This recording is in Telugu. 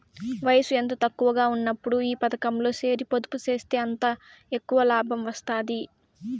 వయసు ఎంత తక్కువగా ఉన్నప్పుడు ఈ పతకంలో సేరి పొదుపు సేస్తే అంత ఎక్కవ లాబం వస్తాది